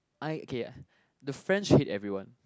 I K the French hate everyone